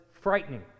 frightening